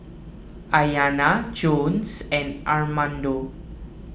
Ayana Jones and Armando